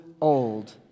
old